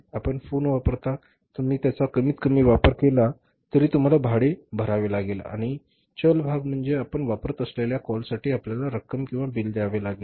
आपण फोन वापरता तुम्ही त्याचा कमीत कमी वापर केला तरी तुम्हाला भाडे भरावे लागेल आणि चल भाग म्हणजे आपण वापरत असलेले कॉल साठी आपल्याला रक्कम किंवा बिल द्यावे लागेल